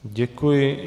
Děkuji.